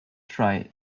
try